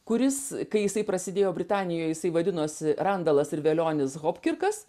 kuris kai jisai prasidėjo britanijoj jisai vadinosi randalas ir velionis hopkirkas